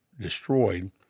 destroyed